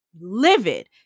livid